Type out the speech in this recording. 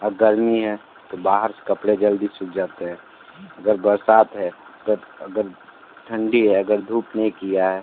अ गर्मी है तो बाहर से कपड़े जल्दी सूख जाते हैं अगर बरसात है अगर अगर ठंडी है अगर धूप नहीं किया है